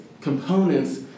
components